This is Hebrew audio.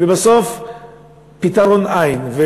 ובסוף פתרון אין.